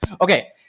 Okay